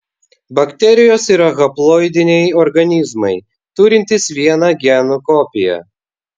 bakterijos yra haploidiniai organizmai turintys vieną genų kopiją